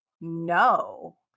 no